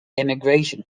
immigration